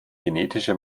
genetische